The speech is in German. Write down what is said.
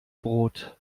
brot